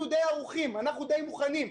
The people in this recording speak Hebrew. אנחנו די ערוכים, אנחנו די מוכנים.